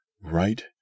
right